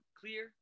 clear